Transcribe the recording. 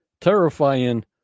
terrifying